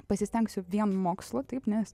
pasistengsiu vien mokslu taip nes